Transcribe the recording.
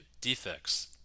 defects